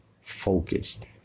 focused